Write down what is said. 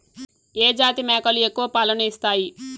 ఏ జాతి మేకలు ఎక్కువ పాలను ఇస్తాయి?